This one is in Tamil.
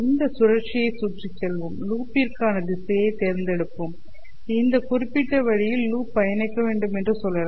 இந்த சுழற்சியைச் சுற்றிச் செல்வோம் லூப்பிற்கான திசையைத் தேர்ந்தெடுப்போம் இந்த குறிப்பிட்ட வழியில் லூப் பயணிக்க வேண்டும் என்று சொல்லலாம்